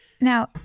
Now